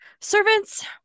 servants